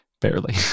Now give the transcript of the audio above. barely